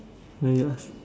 no you ask